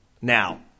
now